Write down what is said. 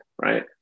right